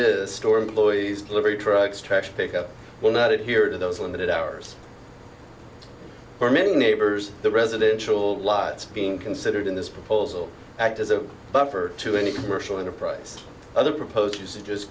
a store employees delivery trucks trash pickup will not adhere to those limited hours for many neighbors the residential lots being considered in this proposal act as a buffer to any commercial enterprise other proposed usage